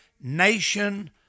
nation